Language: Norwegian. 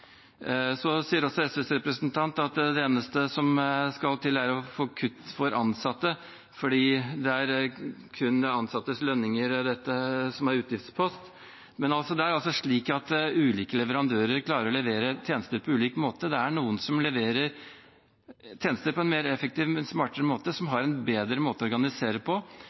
sier også at det eneste som skal til, er å få kutt for ansatte, for det er kun de ansattes lønninger som er en utgiftspost. Men det er slik at ulike leverandører klarer å levere tjenester på ulike måter. Det er noen som leverer tjenester på en mer effektiv og smartere måte, som har en bedre måte å organisere på.